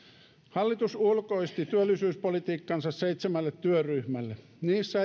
hallitus ulkoisti työllisyyspolitiikkansa seitsemälle työryhmälle niissä